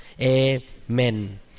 Amen